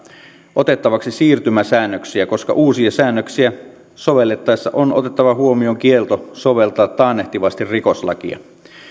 otettavaksi siirtymäsäännöksiä koska uusia säännöksiä sovellettaessa on otettava huomioon kielto soveltaa taannehtivasti rikoslakia